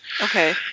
Okay